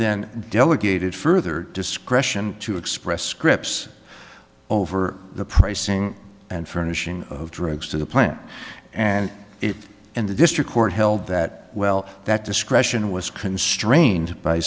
then delegated further discretion to express scripts over the pricing and furnishing of drugs to the plant and it and the district court held that well that discretion was constrained by